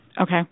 Okay